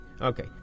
Okay